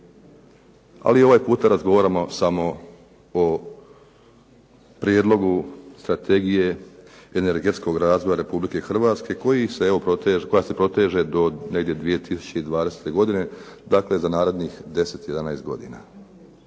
i ovaj puta razgovaramo samo o Prijedlogu strategije energetskog razvoja Republike Hrvatske koja se proteže do negdje 2020. godine, dakle za narednih 10, 11 godina.